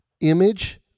image